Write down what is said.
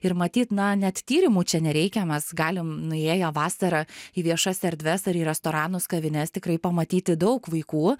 ir matyt na net tyrimų čia nereikia mes galim nuėję vasarą į viešas erdves ar į restoranus kavines tikrai pamatyti daug vaikų